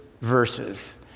verses